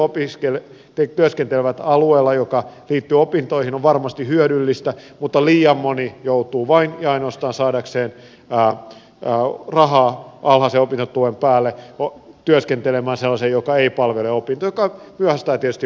se että työskentelee alueella joka liittyy opintoihin on varmasti hyödyllistä mutta liian moni joutuu vain ja ainoastaan saadakseen rahaa alhaisen opintotuen päälle työskentelemään sellaisella alalla joka ei palvele opintoja mikä myöhästyttää tietysti valmistumista